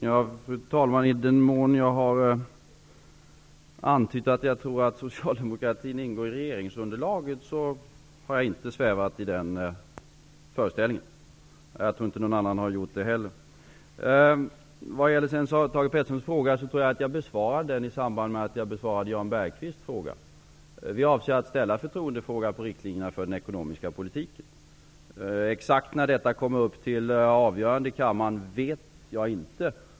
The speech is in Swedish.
Fru talman! I den mån jag har antytt att jag tror att socialdemokratin ingår i regeringsunderlaget vill jag säga att jag inte har svävat i den föreställningen. Jag tror inte att någon annan har gjort det heller. Vad gäller Thage G Petersons fråga tror jag att jag besvarade den i samband med att jag besvarade Jan Bergqvists fråga. Vi avser att ställa en förtroendefråga på riktlinjerna på den ekonomiska politiken. När exakt detta kommer upp till avgörande i kammaren vet jag inte.